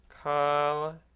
Call